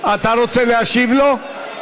אתה רוצה להשיב לו?